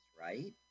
right